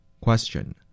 Question